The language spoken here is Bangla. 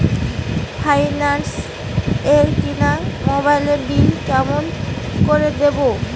ফাইন্যান্স এ কিনা মোবাইলের বিল কেমন করে দিবো?